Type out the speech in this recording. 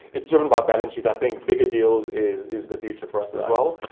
it's driven by balance sheet. i think bigger deals is is the future for us as well.